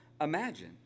Imagine